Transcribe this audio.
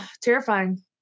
Terrifying